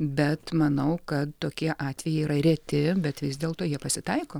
bet manau kad tokie atvejai yra reti bet vis dėlto jie pasitaiko